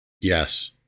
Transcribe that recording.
Yes